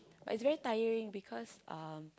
but is very tiring because um